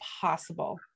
possible